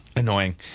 Annoying